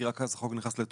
כי רק אז החוק נכנס לתוקף,